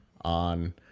on